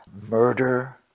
murder